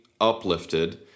uplifted